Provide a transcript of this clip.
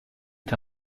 est